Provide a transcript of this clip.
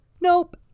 nope